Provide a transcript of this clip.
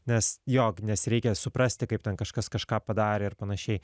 nes jog nes reikia suprasti kaip ten kažkas kažką padarė ir panašiai